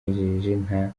nta